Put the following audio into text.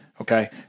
okay